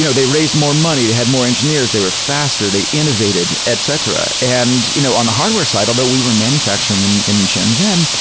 you know they raised more money. they had more engineers. they were faster. they innovated, etc. and you know on the hardware side, although we were manufacturing in in shenzhen,